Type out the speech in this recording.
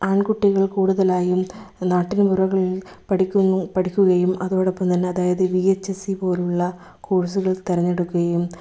ആൺകുട്ടികൾ കൂടുതലായും നാട്ടിൻപുറങ്ങളിൽ പഠിക്കുന്നു പഠിക്കുകയും അതോടൊപ്പംതന്നെ അതായത് വി എച്ച് എസ് സി പോലുള്ള കോഴ്സുകൾ തിരഞ്ഞെടുക്കുകയും